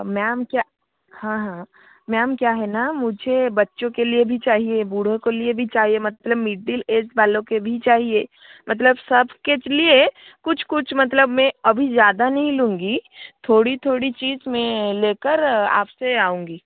ma'am क्या हाँ हाँ मैम क्या है ना मुझे बच्चों के लिए भी चाहिए बूढ़ों को लिए भी चाहिए मतलब मिडिल एज वालों के भी चाहिए मतलब सब केच लिए कुछ कुछ मतलब मैं अभी ज़्यादा नहीं लूँगी थोड़ी थोड़ी चीज़ मैं ले कर आप से आऊँगी